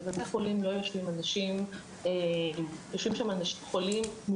בבתי חולים יושבים אנשים חולים,